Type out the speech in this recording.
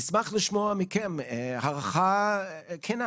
נשמח לשמוע מכם הערכה כנה,